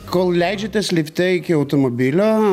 kol leidžiatės lifte iki automobilio